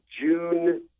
June